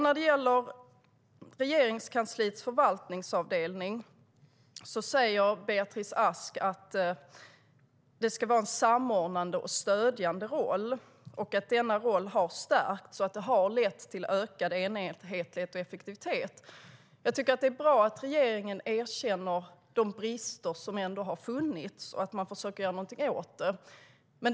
När det gäller Regeringskansliets förvaltningsavdelning säger Beatrice Ask att den ska ha en samordnande och stödjande roll och att denna roll har stärkts och att det har lett till ökad enhetlighet och effektivitet. Jag tycker att det är bra att regeringen erkänner de brister som ändå har funnits och att man försöker göra någonting åt dem.